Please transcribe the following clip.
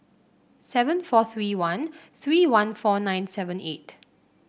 seven four three one three one four nine seven eight